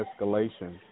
escalation